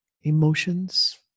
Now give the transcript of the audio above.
emotions